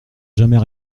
jamais